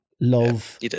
love